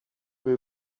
will